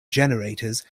generators